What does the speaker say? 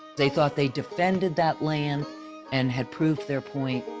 they thought they defended that land and had proved their point,